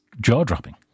jaw-dropping